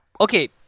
okay